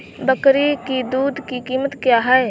बकरी की दूध की कीमत क्या है?